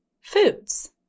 foods